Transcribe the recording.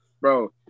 bro